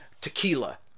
tequila